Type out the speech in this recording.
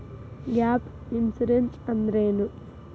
Gap insurance ಅಂದ್ರೇನು?